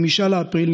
5 באפריל,